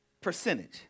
percentage